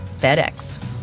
FedEx